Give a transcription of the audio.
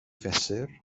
fesur